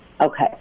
okay